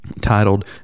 titled